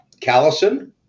Callison